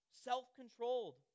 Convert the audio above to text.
self-controlled